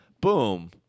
Boom